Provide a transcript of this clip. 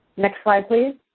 next slide, please.